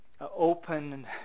open